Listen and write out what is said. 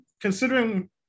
Considering